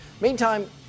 Meantime